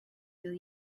will